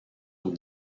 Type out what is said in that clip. aux